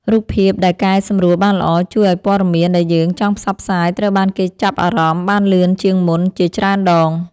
រូបភាពដែលកែសម្រួលបានល្អជួយឱ្យព័ត៌មានដែលយើងចង់ផ្សព្វផ្សាយត្រូវបានគេចាប់អារម្មណ៍បានលឿនជាងមុនជាច្រើនដង។